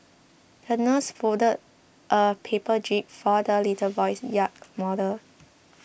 the nurse folded a paper jib for the little boy's yacht model